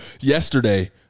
yesterday